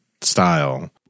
style